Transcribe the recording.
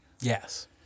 yes